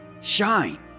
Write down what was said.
shine